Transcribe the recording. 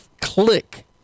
click